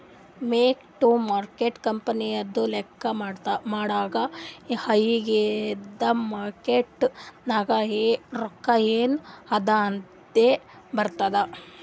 mark to market ಕಂಪನಿದು ಲೆಕ್ಕಾ ಮಾಡಾಗ್ ಇಗಿಂದ್ ಮಾರ್ಕೇಟ್ ನಾಗ್ ರೊಕ್ಕಾ ಎನ್ ಅದಾ ಅದೇ ಬರ್ತುದ್